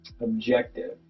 objective